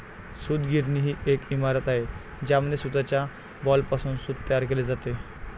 सूतगिरणी ही एक इमारत आहे ज्यामध्ये सूताच्या बॉलपासून सूत तयार केले जाते